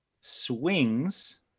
swings